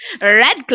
Red